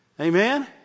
Amen